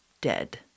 dead